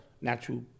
Natural